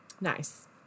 Nice